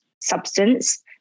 substance